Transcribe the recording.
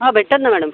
हां भेटतात ना मॅडम